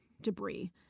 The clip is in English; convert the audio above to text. debris